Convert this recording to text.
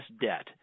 debt